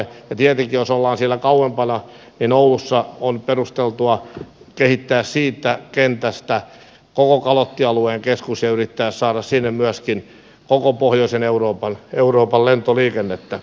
ja tietenkin jos ollaan siellä kauempana oulussa on perusteltua kehittää siitä kentästä koko kalottialueen keskus ja yrittää saada sinne myöskin koko pohjoisen euroopan lentoliikennettä